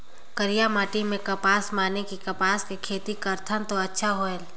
करिया माटी म कपसा माने कि कपास के खेती करथन तो अच्छा होयल?